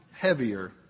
heavier